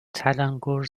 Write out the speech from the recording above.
تلنگور